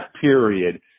period